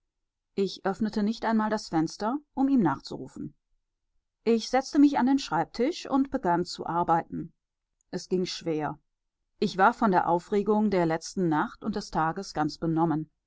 ich öffnete nicht einmal das fenster um ihm nachzurufen ich setzte mich an den schreibtisch und begann zu arbeiten es ging schwer ich war von der aufregung der letzten nacht und des tages ganz benommen